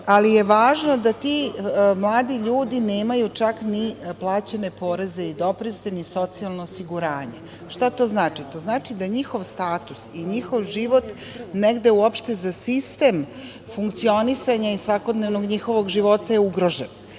je da ti mladi ljudi nemaju, čak ni plaćene poreze i doprinose, ni socijalno osiguranje. Šta to znači? To znači da njihov status i njihov život negde uopšte za sistem funkcionisanja i svakodnevnog njihovog života je ugrožen